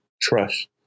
trust